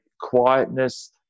quietness